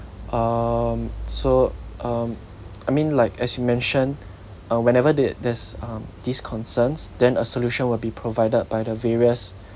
um so um I mean like as you mentioned uh whenever there there's um these concerns than a solution will be provided by the various